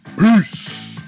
Peace